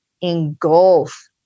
engulf